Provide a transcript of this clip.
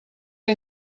que